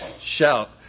Shout